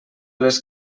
les